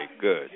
good